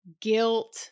guilt